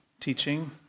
teaching